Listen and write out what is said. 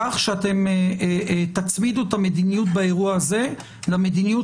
כך שאתם תצמידו את המדיניות באירוע הזה למדיניות